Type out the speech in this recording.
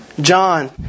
John